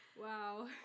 Wow